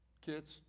kids